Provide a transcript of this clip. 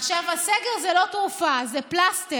עכשיו, הסגר זה לא תרופה, זה פלסטר,